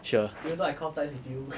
sure